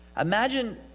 Imagine